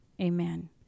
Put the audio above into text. Amen